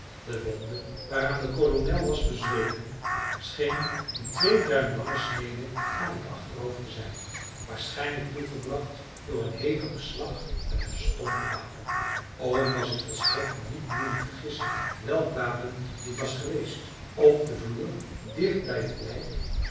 de wonde waaraan de kolonel was bezweken scheen een twee duim lange snede aan het achterhoofd te zijn waarschijnlijk toegebracht door een hevigen slag met een stomp wapen ook was het volstrekt niet moeilijk te gissen welk wapen dit was geweest op den vloer dicht bij het lijk